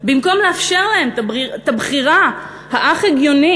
במקום לאפשר להם את הבחירה האך-הגיונית